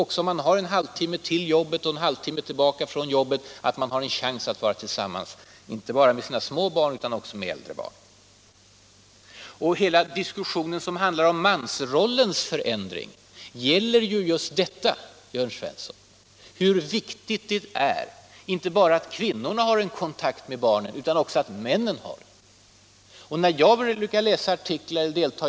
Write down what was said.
som därtill kanske har en halvtimmes restid till jobbet och en halvtimme tillbaka från jobbet, att få större möjlighet att vara tillsammans inte bara med sina små barn, utan också med sina — Nr 43 äldre barn. Fredagen den Hela diskussionen om mansrollens förändring gäller ju just, Jörn Svens 10 december 1976 son, hur viktigt det är, inte bara att kvinnorna har kontakt med barnen, I utan också att männen har det. I de artiklar jag brukar läsa och de debatter.